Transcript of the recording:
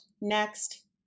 next